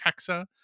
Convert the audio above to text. Hexa